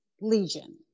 Legion